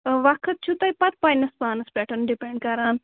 وقت چھُو تۄہہِ پَتہٕ پَنٕنِس پانَس پٮ۪ٹھ پَتہٕ ڈِپینٛڈ کران